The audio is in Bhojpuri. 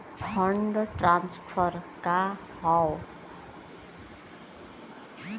फंड ट्रांसफर का हव?